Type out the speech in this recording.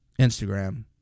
Instagram